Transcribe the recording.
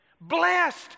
Blessed